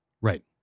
Right